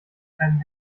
keinen